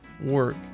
work